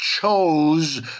chose